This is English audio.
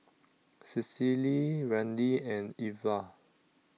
Cecily Randi and Ivah